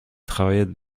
travaillaient